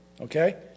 Okay